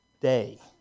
day